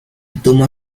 toma